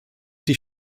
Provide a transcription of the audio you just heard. die